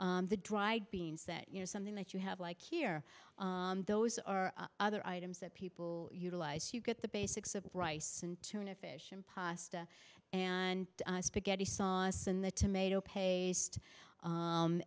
broth the dried beans that you know something that you have like here those are other items that people utilize you get the basics of rice and tuna fish and pasta and spaghetti sauce in the tomato paste